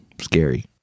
Scary